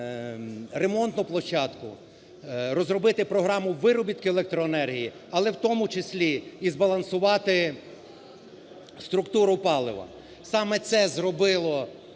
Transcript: ремонтну площадку, розробити програму виробітку електроенергії, але в тому числі і збалансувати структуру палива. Саме це зробило